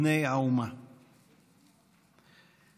בני משפחת